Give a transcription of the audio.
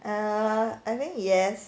err I think yes